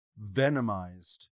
venomized